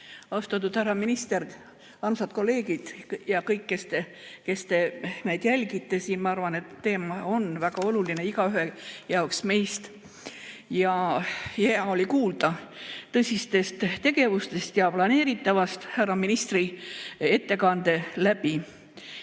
Austatud härra minister! Armsad kolleegid ja kõik, kes te meid jälgite! Ma arvan, et see teema on väga oluline igaühe jaoks meist. Hea oli kuulda tõsistest tegevustest ja planeeritavast härra ministri ettekandes. Probleeme